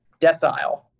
decile